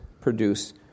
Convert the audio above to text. produce